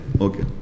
Okay